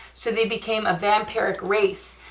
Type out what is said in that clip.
so they became a vampire grace,